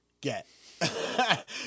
get